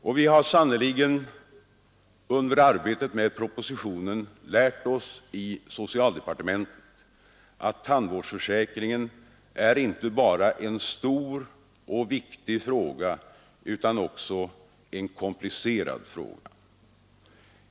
Och vi har sannerligen under arbetet med propositionen lärt oss i socialdepartementet att tandvårdsförsäkringen inte bara är en stor och viktig fråga utan också en komplicerad fråga.